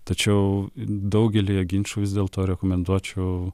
tačiau daugelyje ginčų vis dėl to rekomenduočiau